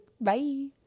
Bye